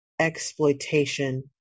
exploitation